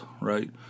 right